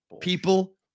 people